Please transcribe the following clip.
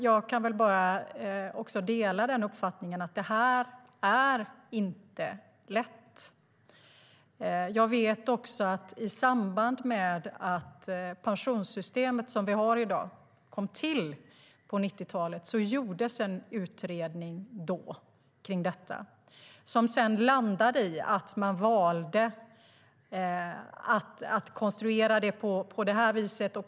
Jag delar uppfattningen att det här inte är lätt. Jag vet att i samband med att pensionssystemet som vi har i dag kom till på 90-talet gjordes en utredning av detta som landade i att man valde att konstruera det på det här viset.